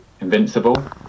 invincible